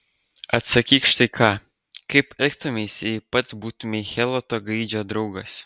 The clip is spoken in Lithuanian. atsakyk štai ką kaip elgtumeisi jei pats būtumei heloto gaidžio draugas